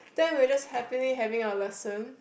then we just happily having our lesson